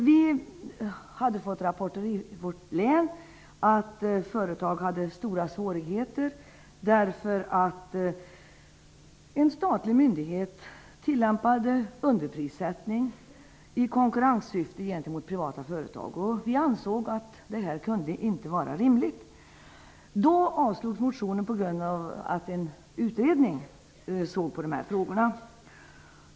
Vi hade i vårt hemlän fått rapporter om att företag hade stora svårigheter därför att en statlig myndighet i konkurrenssyfte tillämpade underprissättning gentemot privata företag. Vi ansåg att det inte kunde vara rimligt. Vid detta tillfälle avslogs motionen med hänvisning till att en utredning såg på dessa frågor.